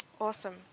Awesome